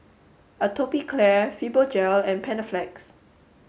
Atopiclair Fibogel and Panaflex